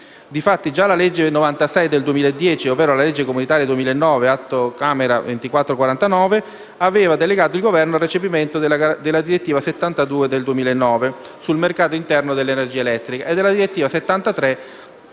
Difatti, già la legge n. 96 del 2010, ovvero la legge comunitaria 2009 (Atto Camera 2449), aveva delegato il Governo al recepimento della direttiva n. 72 del 2009 sul mercato interno dell'energia elettrica e della direttiva n. 73 del 2009